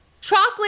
Chocolate